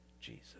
Jesus